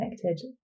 connected